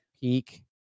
Peak